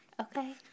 okay